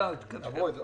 אייל יסביר את הסעיף הזה.